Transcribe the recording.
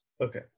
Okay